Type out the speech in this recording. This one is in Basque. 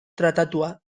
tratatuta